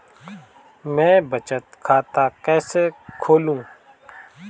मैं बचत खाता कैसे खोलूं?